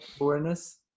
awareness